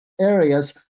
areas